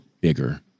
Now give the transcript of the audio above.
bigger